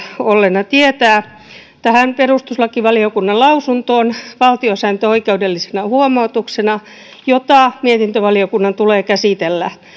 olleena tietää tähän perustuslakivaliokunnan lausuntoon valtiosääntöoikeudellisena huomautuksena jota mietintövaliokunnan tulee käsitellä